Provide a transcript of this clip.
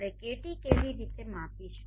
આપણે KT કેવી રીતે માપીશું